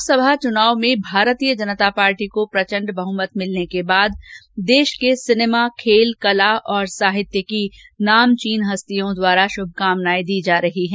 लोकसभा चुनाव में भारतीय जनता पार्टी को प्रचण्ड बहमत मिलने के बाद देश के सिनेमा खेल कला और साहित्य की नामचीन हस्तियों द्वारा शुभकार्मनाएं दी जा रही है